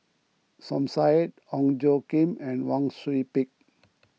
Som Said Ong Tjoe Kim and Wang Sui Pick